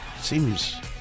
seems